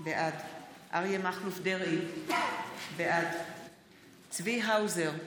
בעד אריה מכלוף דרעי, בעד צבי האוזר,